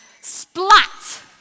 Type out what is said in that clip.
splat